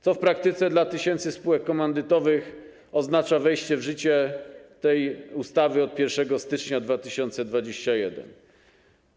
Co w praktyce dla tysięcy spółek komandytowych oznacza wejście w życie tej ustawy od 1 stycznia 2021 r.